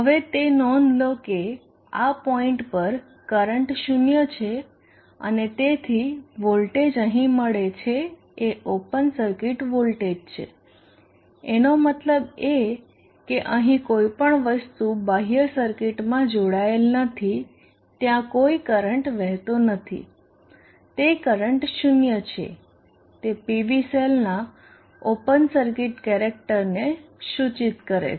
હવે તે નોંધ લો કે આ પોઈન્ટ પર કરંટ 0 છે અને તેથી વોલ્ટેજ અહીં મળે છે એ ઓપન સર્કિટ વોલ્ટેજ છે એનો મતલબ એ કે અહીં કોઈ પણ વસ્તુ બાહ્ય સર્કિટમાં જોડાયેલ નથી ત્યાં કોઈ કરંટ વહેતો નથી તે કરંટ 0 છે તે PV સેલના ઓપન સર્કિટ કેરેક્ટરને સૂચિત કરે છે